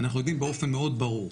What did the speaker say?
אנחנו יודעים באופן מאוד ברור,